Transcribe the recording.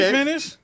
finish